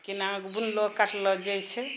केना कऽ बुनलो कटलो जाइत छै